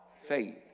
faith